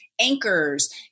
anchors